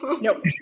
Nope